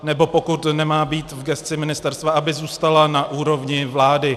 Nebo pokud nemá být v gesci ministerstva, aby zůstala na úrovni vlády.